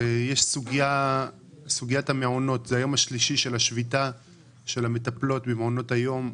סוגיית המעונות זה היום השלישי של השביתה של המטפלות במעונות היום.